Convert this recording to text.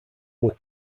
were